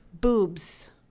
Boobs